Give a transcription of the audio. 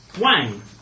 Wang